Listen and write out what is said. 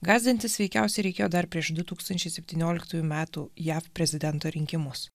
gąsdintis veikiausiai reikėjo dar prieš du tūkstančiai septynioliktųjų metų jav prezidento rinkimus